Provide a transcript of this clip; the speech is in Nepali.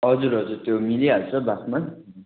हजुर हजुर त्यो मिलिहाल्छ बादमा